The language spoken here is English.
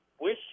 wish